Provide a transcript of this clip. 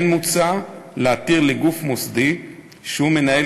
כן מוצע להתיר לגוף מוסדי שהוא מנהל